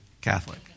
Catholic